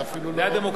זו הדמוקרטיה,